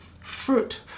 fruit